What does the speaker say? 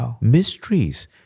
mysteries